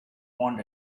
want